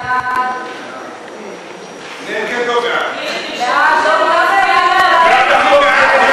ההצעה להעביר את הצעת חוק תאגידי מים וביוב (תיקון מס'